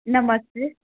नमस्ते